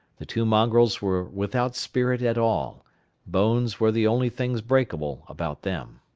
the two mongrels were without spirit at all bones were the only things breakable about them.